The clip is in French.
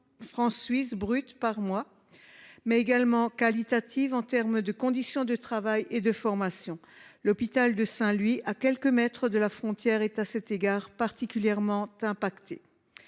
francs suisses bruts par mois, mais aussi qualitatives, en raison de meilleures conditions de travail et de formation. L’hôpital de Saint Louis, à quelques mètres de la frontière, est à cet égard particulièrement affecté.